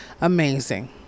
amazing